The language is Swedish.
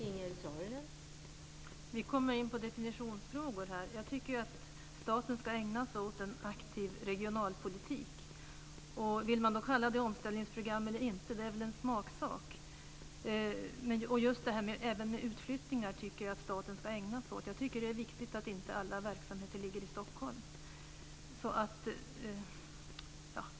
Fru talman! Nu kommer vi in på definitionsfrågor. Jag tycker att staten ska ägna sig åt en aktiv regionalpolitik. Det är en smaksak om man vill kalla det omställningsprogram eller inte. Jag tycker att staten även ska ägna sig åt utflyttningar. Det är viktigt att inte alla verksamheter ligger i Stockholm.